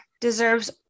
deserves